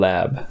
Lab